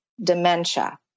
dementia